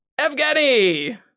Evgeny